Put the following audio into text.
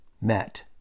met